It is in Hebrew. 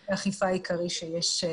באמצעי האכיפה העיקרי שיש.